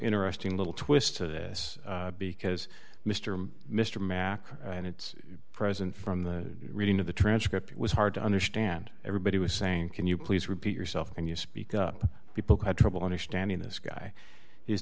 interesting little twist to this because mr mr mack and it's present from the reading of the transcript it was hard to understand everybody was saying can you please repeat yourself can you speak up people had trouble understanding this guy is